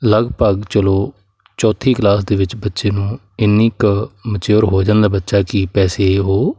ਲਗਭਗ ਚਲੋ ਚੌਥੀ ਕਲਾਸ ਦੇ ਵਿੱਚ ਬੱਚੇ ਨੂੰ ਇੰਨੀ ਕੁ ਮਚਿਓਰ ਹੋ ਜਾਂਦਾ ਬੱਚਾ ਕਿ ਪੈਸੇ ਉਹ